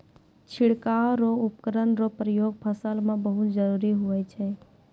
छिड़काव रो उपकरण रो प्रयोग फसल मे बहुत जरुरी हुवै छै